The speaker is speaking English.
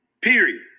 Period